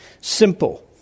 Simple